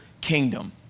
kingdom